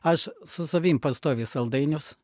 aš su savim pastoviai saldainius